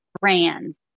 brands